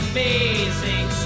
Amazing